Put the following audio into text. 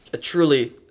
truly